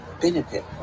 benefit